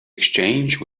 exchange